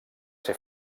ser